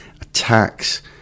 attacks